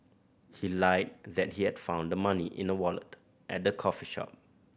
he lied that he had found the money in a wallet at the coffee shop